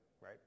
right